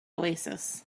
oasis